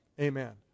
Amen